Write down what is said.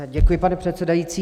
Děkuji, pane předsedající.